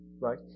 Right